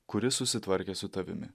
kuris susitvarkė su tavimi